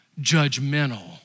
judgmental